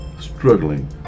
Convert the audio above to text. struggling